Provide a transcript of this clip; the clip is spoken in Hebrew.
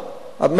מה חושבים,